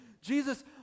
Jesus